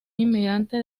inmigrante